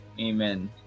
Amen